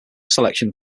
selection